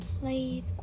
played